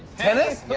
tennis?